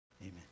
Amen